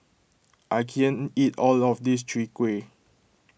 I can't eat all of this Chwee Kueh